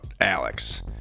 Alex